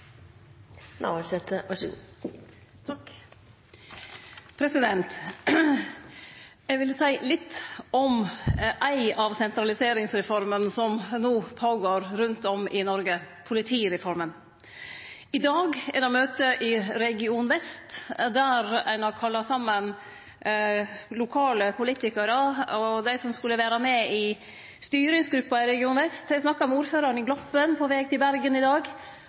Eg vil seie litt om ei av sentraliseringsreformene som no pågår rundt om i Noreg, politireforma. I dag er det møte i region Vest, der ein har kalla saman lokale politikarar og dei som skulle vere med i styringsgruppa i region Vest. Eg snakka med ordføraren i Gloppen på veg til Bergen i dag,